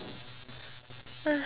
iya